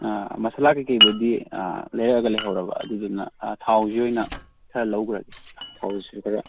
ꯑꯥ ꯃꯁꯥꯂꯥ ꯀꯔꯤ ꯀꯩꯕꯨꯗꯤ ꯂꯩꯔꯛꯑꯒ ꯂꯩꯍꯧꯔꯕ ꯑꯗꯨꯗꯨꯅ ꯊꯥꯎꯁꯤ ꯑꯣꯏꯅ ꯈꯔ ꯂꯧꯈ꯭ꯔꯒꯦ ꯊꯥꯎꯁꯤ ꯈꯔ